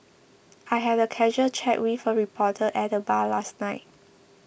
I had a casual chat with a reporter at the bar last night